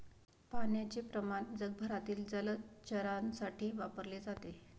पाण्याचे प्रमाण जगभरातील जलचरांसाठी वापरले जाते